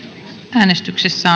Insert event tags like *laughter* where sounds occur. äänestyksessä *unintelligible*